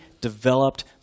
developed